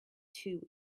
two